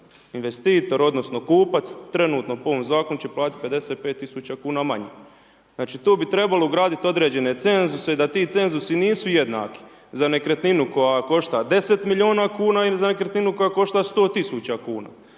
investitor, odnosno, kupac, trenutno, po ovom zakonu će platiti 55000 manje. Znači tu bi trebalo ugraditi određene cenzuse da ti cenzusi nisu jednaki, za nekretninu, koja košta 10 milijuna kuna ili za nekretninu koja košta 100 tisuća kuna.